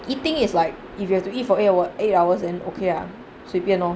eating is like if you have to eat for about eight hours then okay ah 随便 lor